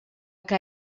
que